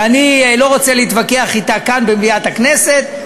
ואני לא רוצה להתווכח אתה כאן במליאת הכנסת.